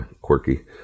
quirky